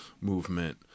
movement